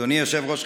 אדוני היושב-ראש,